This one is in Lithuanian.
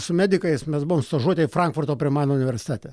su medikais mes buvom stažuotėj frankfurto prie maino universitete